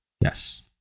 Yes